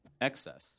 excess